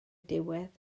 diwedd